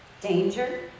danger